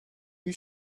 you